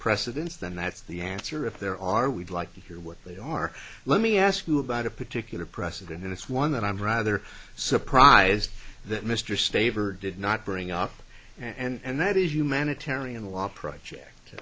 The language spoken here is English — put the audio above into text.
precedents then that's the answer if there are we'd like to hear what they are let me ask you about a particular precedent and it's one that i'm rather surprised that mr staver did not bring up and that is humanitarian law project